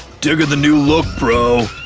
diggin' the new look, bro!